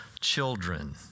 children